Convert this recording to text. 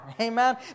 amen